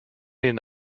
ihnen